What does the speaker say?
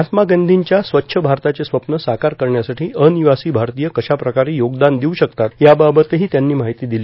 महात्मा गांधींच्या स्वच्छ भारताचे स्वप्न साकार करण्यासाठी अनिवासी भारतीय कशाप्रकारे योगदान देऊ शकतात याबाबतही त्यांनी माहिती दिली